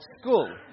school